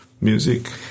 music